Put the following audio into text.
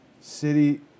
city